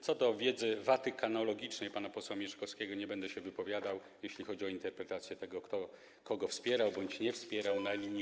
Co do wiedzy watykanologicznej pana posła Mieszkowskiego nie będę się wypowiadał, jeśli chodzi o interpretację tego, kto kogo wspierał bądź nie wspierał na linii